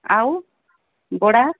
ଆଉ